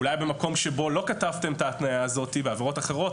אולי במקום שבו לא כתבתם את ההתניה הזאת בעבירות אחרות,